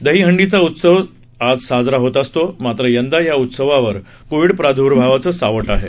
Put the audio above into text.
दहीहंडीचा उत्सव आज साजरा होत असतो मात्र यंदा या उत्सवावर कोविड प्रादर्भावाचं सावट आहे